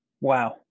Wow